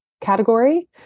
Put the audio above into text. category